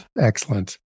excellent